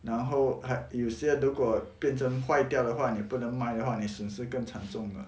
然后还有些如果变成坏掉的话你不能卖的话你损失更惨重的